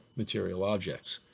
material objects.